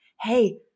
hey